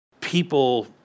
people